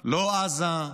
לא עזה,